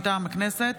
מטעם הכנסת,